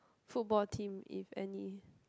football team if any